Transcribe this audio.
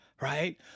right